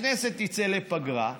הכנסת תצא לפגרה,